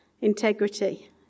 integrity